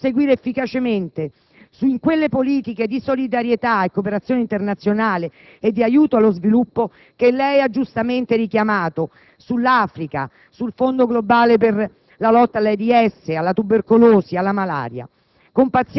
per proseguire efficacemente su quelle politiche di solidarietà, cooperazione internazionale, aiuto allo sviluppo, che lei ha giustamente richiamato, nonché sull'Africa, sul fondo globale per la lotta all'AIDS, alla tubercolosi, alla malaria.